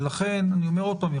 ולכן אני אומר עוד פעם,